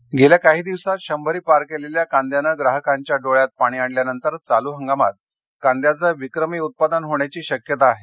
कांदा गेल्या काही दिवसांत शंभरी पार केलेल्या कांद्याने ग्राहकांच्या डोळ्यात पाणी आणल्यानंतर चालू हंगामात कांद्याचं विक्रमी उत्पादन होण्याची शक्यता आहे